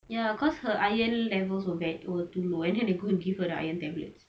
ya cause her iron levels was ver~ were too low and then they go and give her the iron tablets